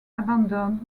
abandoned